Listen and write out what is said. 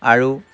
আৰু